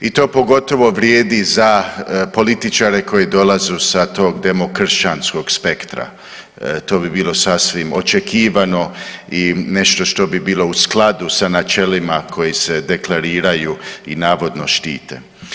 I to pogotovo vrijedi za političare koji dolaze sa tog demokršćanskog spektra, to bi bilo sasvim očekivano i nešto što bi bilo u skladu sa načelima koji se deklariraju i navodno štite.